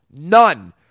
None